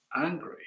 angry